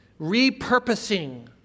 repurposing